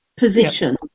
position